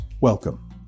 Welcome